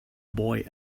boy